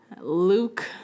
luke